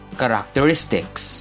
characteristics